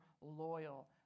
loyal